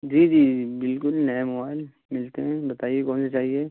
جی جی جی بالکل نئے موبائل ملتے ہیں بتائیے کون سے چاہیے